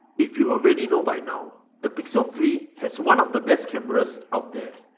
if you already know by now, the pixel three has one of the best cameras out there.